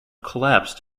collapse